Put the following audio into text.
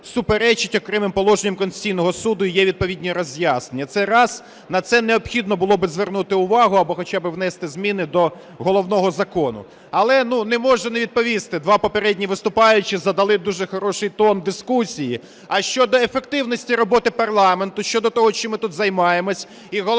суперечить окремим положенням Конституційного Суду і є відповідні роз'яснення. Це раз. На це необхідно було би звернути увагу або хоча би внести зміни до головного закону. Але не можу не відповісти, два попередні виступаючі задали дуже хороший тон дискусії. А щодо ефективності роботи парламенту, щодо того, чим ми тут займаємося, і головне,